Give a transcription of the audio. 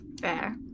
Fair